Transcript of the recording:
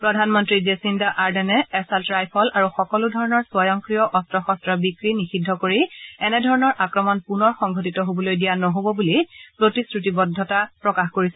প্ৰধানমন্ত্ৰী জেচিণ্ডা আৰ্ডেৰ্ণে assault rifle আৰু সকলো ধৰণৰ স্বয়ংক্ৰিয় অস্ত্ৰ শস্ত্ৰৰ বিক্ৰী নিষিদ্ধ কৰি এনে ধৰণৰ আক্ৰমণ পুনৰ সংঘটিত হবলৈ দিয়া নহব বুলি প্ৰতিশ্ৰতিবদ্ধতা প্ৰকাশ কৰিছে